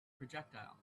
projectile